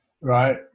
right